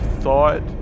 thought